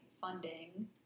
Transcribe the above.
funding